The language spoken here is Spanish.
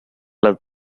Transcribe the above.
las